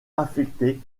affecté